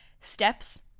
steps